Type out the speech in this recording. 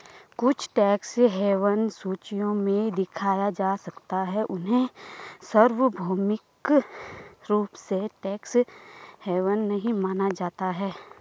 कुछ tax haven सूचियों में दिखाया जा सकता है, उन्हें सार्वभौमिक रूप से टैक्स हेवन नहीं माना जाता है